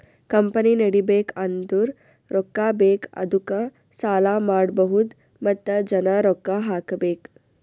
company ನಡಿಬೇಕ್ ಅಂದುರ್ ರೊಕ್ಕಾ ಬೇಕ್ ಅದ್ದುಕ ಸಾಲ ಮಾಡ್ಬಹುದ್ ಮತ್ತ ಜನ ರೊಕ್ಕಾ ಹಾಕಬೇಕ್